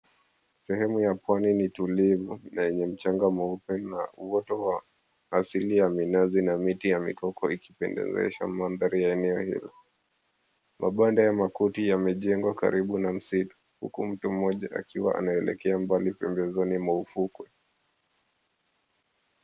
Sehemu ya pwani ni tulivu na yenye mchanga mweupe na uoto wa asili ya minazi na miti ya mikopo ikipendezesha mandhari ya eneo hilo. Mabanda ya makundi yamejengwa karibu na msitu, huku mtu mmoja akiwa anaelekea mbali pembezoni mwa ufukwe.